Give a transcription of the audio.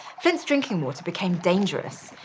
flint's drinking water became dangerous.